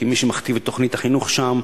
כי מי שמכתיב את תוכנית החינוך שם,